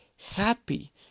happy